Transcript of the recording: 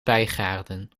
bijgaarden